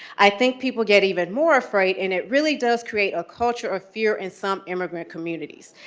i think people get even more afraid, and it really does create a culture of fear in some immigrant communities.